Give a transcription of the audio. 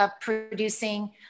producing